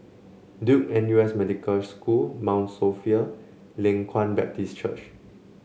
Duke N U S Medical School Mount Sophia Leng Kwang Baptist Church